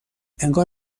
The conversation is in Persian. انگار